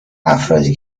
افرادی